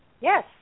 Yes